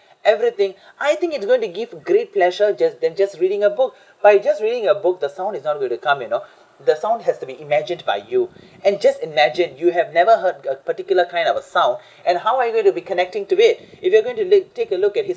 everything I think it's going to give great pleasure just than just reading a book by just reading a book the sound is not going to come you know the sound has to be imagined by you and just imagine you have never heard a particular kind of a sound and how are you going to be connecting to it if you are going to lea~ take a look at his